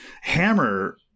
hammer